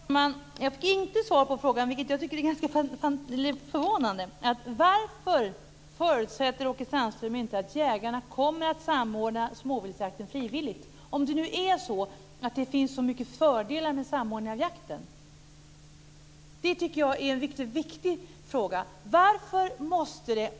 Fru talman! Jag fick inte svar på frågan - vilket jag tycker är ganska förvånande - om varför Åke Sandström inte förutsätter att jägarna kommer att samordna småviltsjakten frivilligt, om det nu är så att det finns så mycket fördelar med samordning av jakten. Det tycker jag är en mycket viktig fråga.